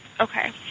Okay